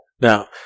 Now